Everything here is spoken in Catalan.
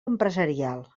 empresarial